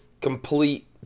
complete